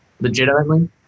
legitimately